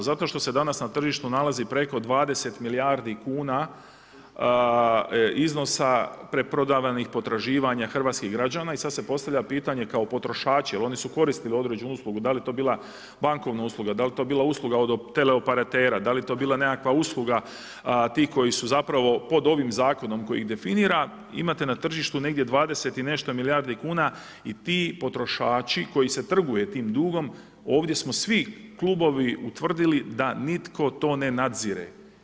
Zato što se danas na tržištu nalazi preko 20 milijardi kuna iznosa preprodavanih potraživanja hrvatskih građana i sad se postavlja pitanje kao potrošači jer oni su koristili određenu uslugu, da li to bila bankovna usluga, da li to bila usluga od teleoperatera, da li je to bila nekakva usluga tih koji su zapravo pod ovim zakonom koji ih definira imate na tržištu negdje 20 i nešto milijardi kuna i ti potrošači koji se trguje tim dugom, ovdje smo svi klubovi utvrdili da nitko to ne nadzire.